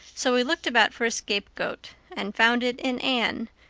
so he looked about for a scapegoat and found it in anne,